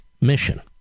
mission